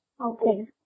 Okay